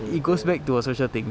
it goes back to a social thing